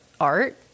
art